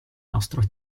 nostro